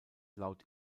laut